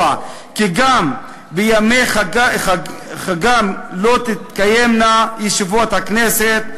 כי גם בימי חגיהם לא תתקיימנה ישיבות הכנסת.